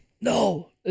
no